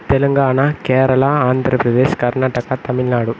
Telangana Kerala Andhra Pradesh Karnataka Tamil Nadu